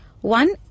One